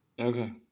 Okay